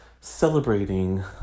celebrating